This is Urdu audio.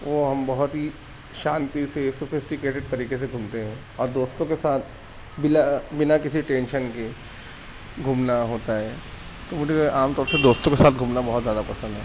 وہ ہم بہت ہی شانتی سے سوفسٹیکیٹڈ طریقے سے گھومتے ہیں اور دوستوں کے ساتھ بلا بنا کسیی ٹینشن کے گھومنا ہوتا ہے مجھے عام طور سے دوستوں کے ساتھ گھومنا بہت زیادہ پسند ہے